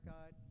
God